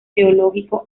teológico